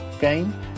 game